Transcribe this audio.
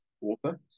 author